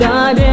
God